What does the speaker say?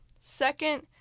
second